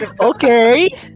Okay